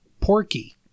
Porky